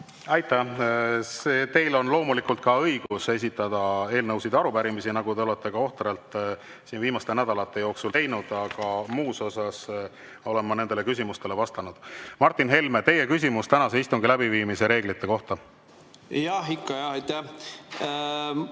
Aitäh! Teil on loomulikult õigus esitada eelnõusid ja arupärimisi, nagu te olete ka ohtralt siin viimaste nädalate jooksul teinud. Aga muus osas olen ma nendele küsimustele vastanud. Martin Helme, teie küsimus tänase istungi läbiviimise reeglite kohta. Aitäh!